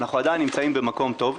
אנחנו עדיין נמצאים במקום טוב.